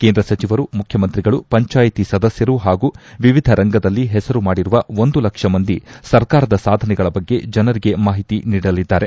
ಕೇಂದ್ರ ಸಚಿವರು ಮುಖ್ಯಮಂತ್ರಿಗಳು ಪಂಚಾಯಿತಿ ಸದಸ್ಯರು ಹಾಗೂ ವಿವಿಧ ರಂಗದಲ್ಲಿ ಹೆಸರು ಮಾಡಿರುವ ಒಂದು ಲಕ್ಷ ಮಂದಿ ಸರ್ಕಾರದ ಸಾಧನೆಗಳ ಬಗ್ಗೆ ಜನರಿಗೆ ಮಾಹಿತಿ ನೀಡಲಿದ್ದಾರೆ